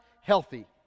healthy